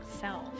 self